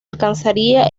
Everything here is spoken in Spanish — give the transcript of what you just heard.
alcanzaría